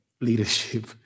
leadership